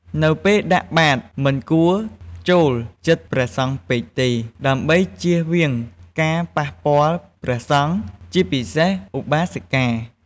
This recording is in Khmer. នៅពេលដាក់បាតមិនគួរចូលជិតព្រះសង្ឃពេកទេ ដើម្បីជៀសវាងការប៉ះពាល់ព្រះសង្ឃ ជាពិសេសឧបាសិកា។